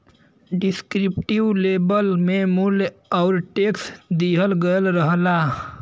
descriptive label में मूल्य आउर टैक्स दिहल गयल रहला